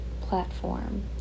platform